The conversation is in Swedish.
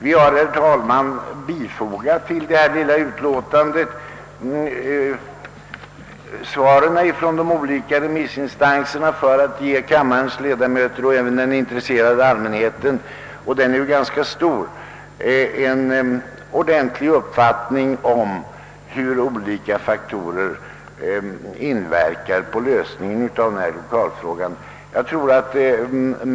Vi har, herr talman, till detta lilla utlåtande bifogat de olika remissinstansernas svar för att ge kammarens ledamöter och även den intresserade allmänheten — vilken är ganska stor — eh allsidig uppfattning om hur olika faktorer påverkar en lösning av lokalfrågan.